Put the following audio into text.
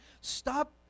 stop